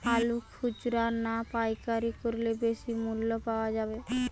আলু খুচরা না পাইকারি করলে বেশি মূল্য পাওয়া যাবে?